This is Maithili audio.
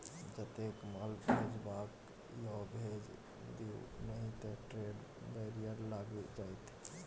जतेक माल भेजबाक यै भेज दिअ नहि त ट्रेड बैरियर लागि जाएत